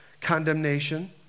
condemnation